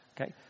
Okay